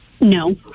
No